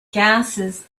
gases